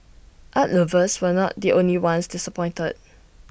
art lovers were not the only ones disappointed